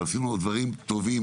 עשינו דברים טובים,